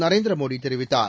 நரேந்திர மோடி தெரிவித்தார்